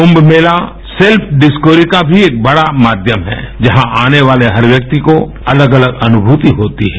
कुंम Mela self discovery का भी एक बड़ा माध्यम है जहाँ आने वाले हर व्यक्ति को अलग अलग अन्मृति होती है